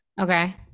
Okay